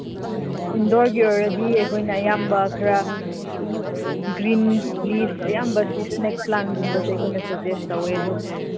ꯏꯟꯗꯣꯔꯒꯤ ꯑꯣꯏꯔꯗꯤ ꯑꯩꯈꯣꯏꯅ ꯑꯌꯥꯝꯕ ꯈꯔ ꯒ꯭ꯔꯤꯟ ꯂꯤꯐ ꯑꯌꯥꯝꯕꯁꯤ ꯏꯁꯅꯦꯛ ꯄ꯭ꯂꯥꯟꯒꯨꯝꯕꯁꯤ ꯁꯖꯦꯁ ꯇꯧꯋꯦ ꯑꯗꯨ